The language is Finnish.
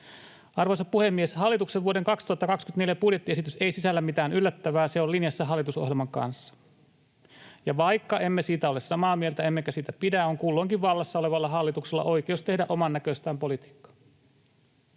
Arvoisa puhemies! Hallituksen vuoden 2024 budjettiesitys ei sisällä mitään yllättävää, se on linjassa hallitusohjelman kanssa. Ja vaikka emme siitä ole samaa mieltä emmekä siitä pidä, on kulloinkin vallassa olevalla hallituksella oikeus tehdä omannäköistään politiikkaa,